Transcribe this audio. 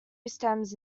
stems